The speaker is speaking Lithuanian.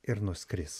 ir nuskris